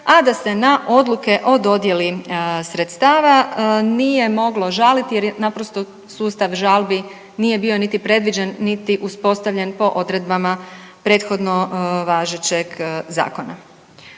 a da se na odluke o dodjeli sredstava nije moglo žaliti jer je naprosto sustav žalbi nije bio niti predviđen, niti uspostavljen po odredbama prethodno važećeg zakona.